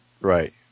Right